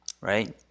right